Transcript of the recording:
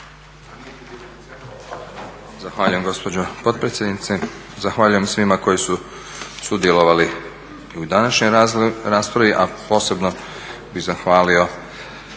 Zahvaljujem gospođo potpredsjednice, zahvaljujem svima koji su sudjelovali i u današnjoj raspravi, a posebno bi zahvalio